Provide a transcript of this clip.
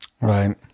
right